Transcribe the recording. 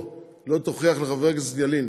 או לא תוכיח לחבר הכנסת ילין